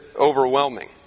overwhelming